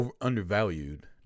undervalued